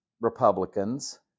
Republicans